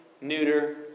neuter